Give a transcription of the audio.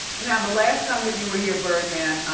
and now the last time that you were here, birdman,